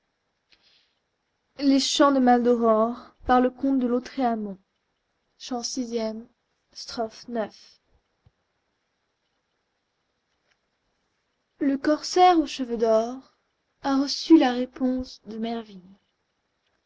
vendôme vii le corsaire aux cheveux d'or a reçu la réponse de mervyn